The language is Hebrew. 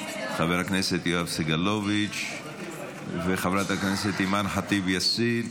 חבר הכנסת יואב סגלוביץ' וחברת הכנסת אימאן ח'טיב יאסין.